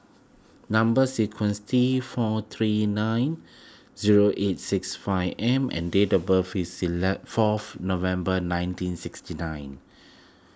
Number Sequence T four three nine zero eight six five M and date of birth is fourth November nineteen sixty nine